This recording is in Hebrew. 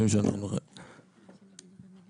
אנחנו נקבל תשובות בעניין הזה.